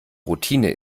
routine